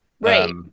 Right